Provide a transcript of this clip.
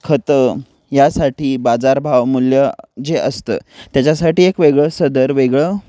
खतं यासाठी बाजारभाव मूल्य जे असतं त्याच्यासाठी एक वेगळं सदर वेगळं